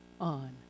on